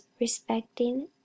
respecting